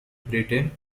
britain